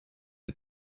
des